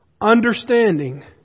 understanding